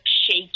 shake